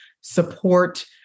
support